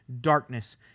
darkness